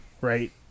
right